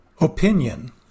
Opinion